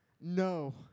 no